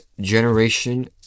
generation